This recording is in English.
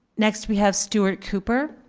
next we have stewart cooper.